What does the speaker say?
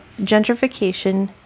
gentrification